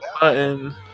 button